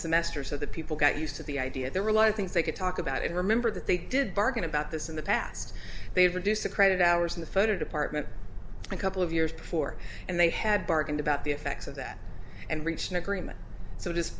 semester so that people got used to the idea there were a lot of things they could talk about it remember that they did bargain about this in the past they've reduced the credit hours in the photo department a couple of years before and they had bargained about the effects of that and reached an agreement so it is